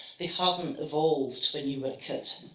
they hadn't evolved when you were a kid.